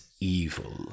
Evil